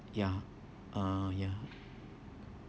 ya uh ya